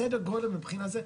סדר גודל מהבחינה הזו,